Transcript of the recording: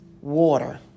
water